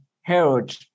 Herod